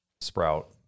sprout